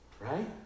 Right